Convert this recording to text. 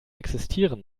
existieren